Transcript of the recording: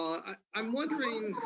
um i'm wondering